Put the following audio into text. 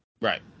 Right